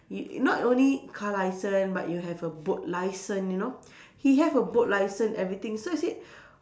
you not only car licence but you have a boat licence you know he have a boat licence everything so I said